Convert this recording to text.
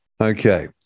Okay